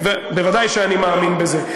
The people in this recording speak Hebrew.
בוודאי שאני מאמין בזה.